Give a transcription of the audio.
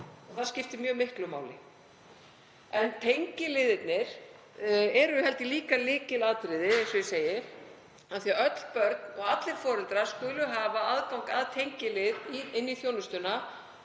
og það skiptir mjög miklu máli. En tengiliðirnir eru, held ég, líka lykilatriði af því að öll börn og allir foreldrar skulu hafa aðgang að tengilið inn í þjónustuna